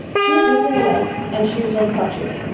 she was missing a leg and she was on crutches,